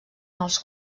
els